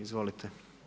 Izvolite.